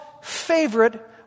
favorite